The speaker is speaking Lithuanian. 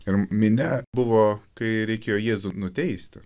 ir minia buvo kai reikėjo jėzų nuteisti